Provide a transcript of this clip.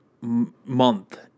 month